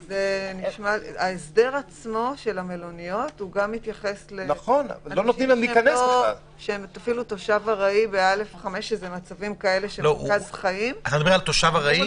ההסדר של המלוניות מתייחס אפילו לתושב ארעי שכאן זה מרכז חייו.